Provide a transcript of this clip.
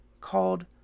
called